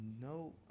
No